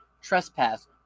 trespass